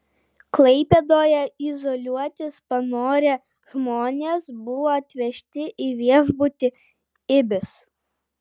klaipėdoje izoliuotis panorę žmonės buvo atvežti į viešbutį ibis